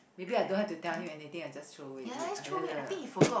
maybe I don't have to tell him anything I just throw away is it